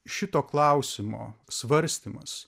šito klausimo svarstymas